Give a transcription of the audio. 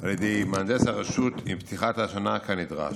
על ידי מהנדס הרשות עם פתיחת השנה כנדרש.